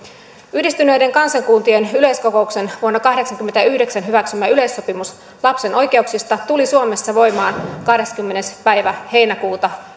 yhdistyneiden kansakuntien yleiskokouksen vuonna kahdeksankymmentäyhdeksän hyväksymä yleissopimus lapsen oikeuksista tuli suomessa voimaan kahdeskymmenes päivä heinäkuuta